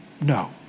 No